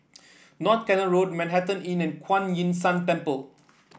North Canal Road Manhattan Inn and Kuan Yin San Temple